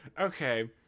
okay